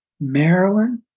Maryland